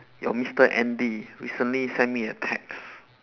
your mister andy recently send me a text